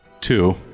Two